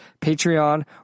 patreon